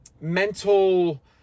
mental